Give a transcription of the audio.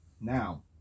Now